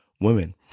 women